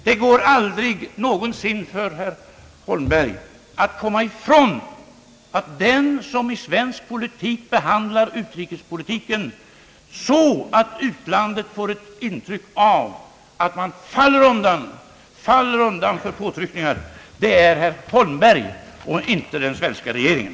Det går aldrig någonsin för herr Holmberg att komma ifrån att den som i svensk politik behandlar utrikespolitiken så, att utlandet får ett intryck av att Sverige faller undan för påtryckningar, är herr Holmberg och inte den svenska regeringen.